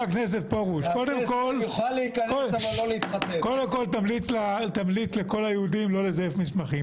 קודם כול, תמליץ לכל היהודים לא לזייף מסמכים.